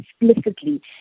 explicitly